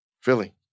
Philly